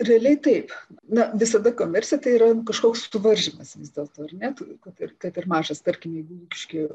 realiai taip na visada komercija tai yra kažkoks suvaržymas vis dėlto ar ne kad ir kad ir mažas tarkim jeigu lukiškių